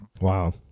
wow